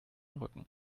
rücken